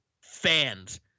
fans